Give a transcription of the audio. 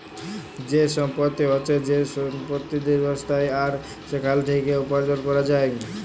যে সম্পত্তি হচ্যে যে সম্পত্তি দীর্ঘস্থায়ী আর সেখাল থেক্যে উপার্জন ক্যরা যায়